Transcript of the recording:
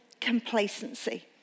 complacency